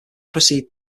proceed